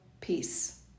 peace